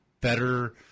better